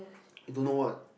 you don't know what